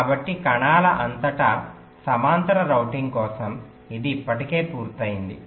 కాబట్టి కణాల అంతటా సమాంతర రౌటింగ్ కోసం ఇది ఇప్పటికే పూర్తయింది